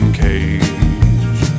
cage